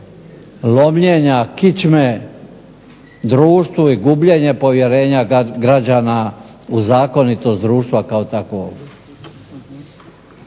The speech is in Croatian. lomljenja kičme društvu i gubljenje povjerenja građana u zakonitost društva kao takvog.